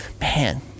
man